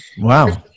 Wow